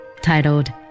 titled